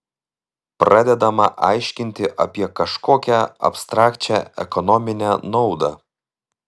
pradedama aiškinti apie kažkokią abstrakčią ekonominę naudą